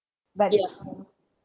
yeah